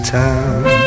town